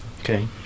Okay